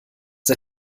der